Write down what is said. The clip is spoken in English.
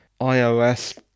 iOS